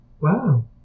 wow